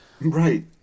right